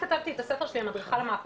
כתבתי את זה בספר שלי המדריכה למהפכה,